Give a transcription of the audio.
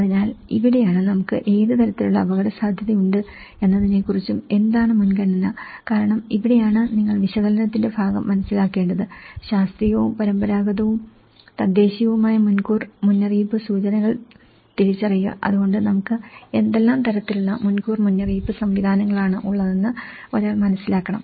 അതിനാൽ ഇവിടെയാണ് നമുക്ക് ഏത് തരത്തിലുള്ള അപകടസാധ്യതയുണ്ട് എന്നതിനെക്കുറിച്ചും എന്താണ് മുൻഗണന കാരണം ഇവിടെയാണ് നിങ്ങൾ വിശകലനത്തിന്റെ ഭാഗം മനസ്സിലാക്കേണ്ടത് ശാസ്ത്രീയവും പരമ്പരാഗതവും തദ്ദേശീയവുമായ മുൻകൂർ മുന്നറിയിപ്പ് സൂചകങ്ങൾ തിരിച്ചറിയുക അതുകൊണ്ട് നമുക്ക് എന്തെല്ലാം തരത്തിലുള്ള മുൻകൂർ മുന്നറിയിപ്പ് സംവിധാനങ്ങളാണ് ഉള്ളതെന്ന് ഒരാൾ മനസ്സിലാക്കണം